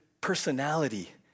personality